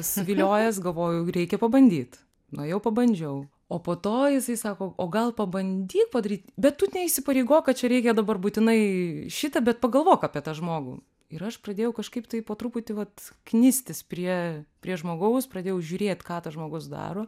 suviliojęs galvoju reikia pabandyt nuėjau pabandžiau o po to jisai sako o gal pabandyk padaryt bet tu įsipareigok kad čia reikia dabar būtinai šitą bet pagalvok apie tą žmogų ir aš pradėjau kažkaip tai po truputį vat knistis prie prie žmogaus pradėjau žiūrėt ką tas žmogus daro